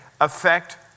affect